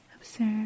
Observe